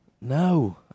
No